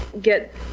get